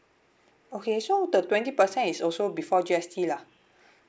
okay so the twenty percent is also before G_S_T lah